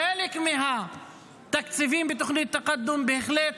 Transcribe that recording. חלק מהתקציבים בתוכנית תקאדום הם בהחלט